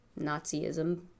Nazism